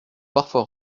parfois